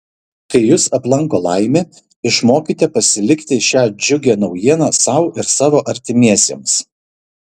kai jus aplanko laimė išmokite pasilikti šią džiugią naujieną sau ar savo artimiesiems